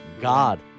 God